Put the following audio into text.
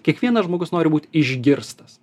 kiekvienas žmogus nori būt išgirstas